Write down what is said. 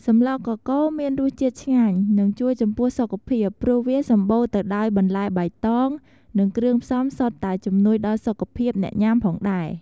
សម្លកកូរមានរសជាតិឆ្ងាញ់និងជួយចំពោះសុខភាពព្រោះវាសំបូរទៅដោយបន្លែបៃតងនិងគ្រឿងផ្សំសុទ្ធតែជំនួយដល់សុខភាពអ្នកញាំផងដែរ។